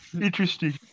Interesting